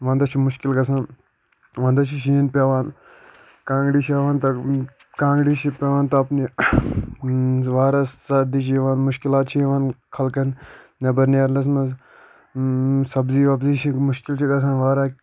وَنٛدَس چھُ مُشکِل گژھان وَنٛدَس چھ شیٖن پٮ۪وان کانٛگرِ چھِ ہٮ۪وان کانٛگرِ چھِ پٮ۪وان تپنہِ واریاہ سردی چھِ یِوان مُشکِلات چھِ یِوان خلقَن نٮ۪بر نیرنَس منٛز سَبزی وَبزی چھِ مُشکِل چھ گژھان واریاہ